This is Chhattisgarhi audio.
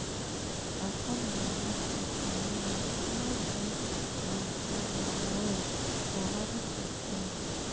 अपन मेहनत कर कमई हर कोनो भी मइनसे ल होए ओहर पूरथे